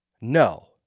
no